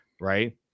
right